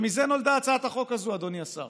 ומזה נולדה הצעת החוק הזו, אדוני השר,